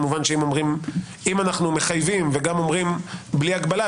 כמובן אם אנחנו מחייבים וגם אומרים "בלי הגבלה",